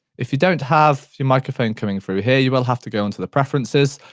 if you don't have your microphone coming through here, you will have to go into the preferences,